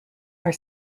are